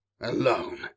alone